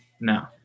no